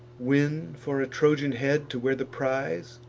win, for a trojan head to wear the prize,